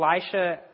Elisha